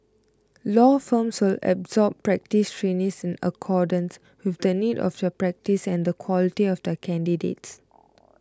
law firms will absorb practice trainees in accordance with the needs of their practice and the quality of the candidates